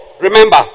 remember